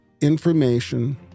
information